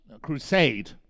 crusade